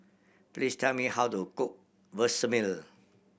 please tell me how to cook Vermicelli